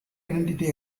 identity